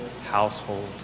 household